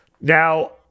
Now